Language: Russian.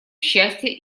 счастья